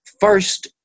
first